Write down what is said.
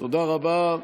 תודה רבה.